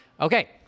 okay